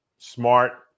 smart